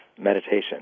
meditation